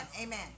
Amen